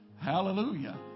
Hallelujah